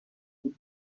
خوب